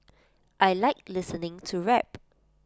I Like listening to rap